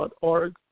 org